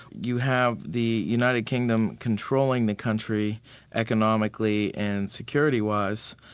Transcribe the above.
you have the united kingdom controlling the country economically and securitywise,